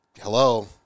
Hello